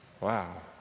wow